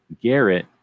Garrett